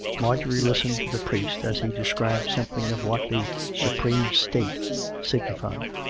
marjorie listened to the priest as he described something of what the supreme state signified.